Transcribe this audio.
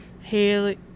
Haley